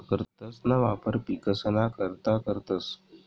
खतंसना वापर पिकसना करता करतंस